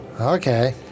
Okay